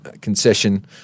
concession